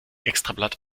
extrablatt